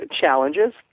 challenges